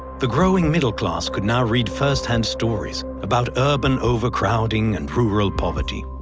the growing middle class could now read first hand stories about urban overcrowding and rural poverty.